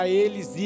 eles